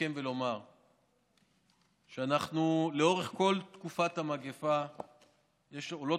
לסכם ולומר שלאורך כל תקופת המגפה עולות